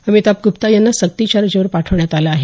अमिताभ गुप्ता यांना सक्तीच्या रजेवर पाठवण्यात आलं आहे